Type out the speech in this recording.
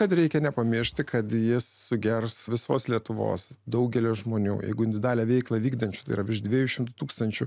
kad reikia nepamiršti kad jis sugers visos lietuvos daugelio žmonių jeigu individualią veiklą vykdančių yra virš dviejų šimtų tūkstančių